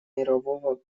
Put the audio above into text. мирового